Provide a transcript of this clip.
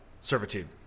servitude